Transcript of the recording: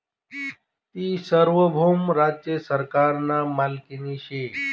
ती सार्वभौम राज्य सरकारना मालकीनी शे